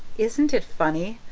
isn't it funny?